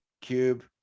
cube